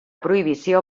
prohibició